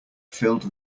filled